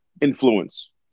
influence